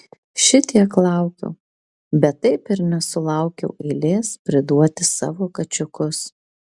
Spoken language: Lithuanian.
šitiek laukiau bet taip ir nesulaukiau eilės priduoti savo kačiukus